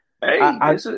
Hey